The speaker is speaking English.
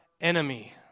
enemy